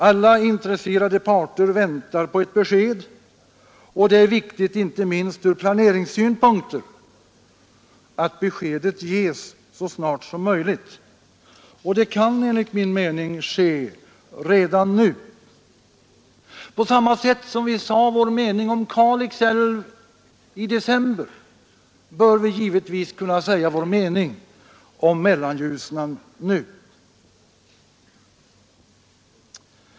Alla intresserade parter väntar på ett besked, och det är viktigt inte minst ur planeringssynpunkt att beskedet ges så snart som möjligt. Och det kan, enligt min mening, ske redan nu. På samma sätt som vi sade vår mening om Kalix älv i december bör vi givetvis kunna säga vår mening om Mellanljusnan nu.